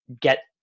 get